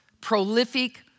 prolific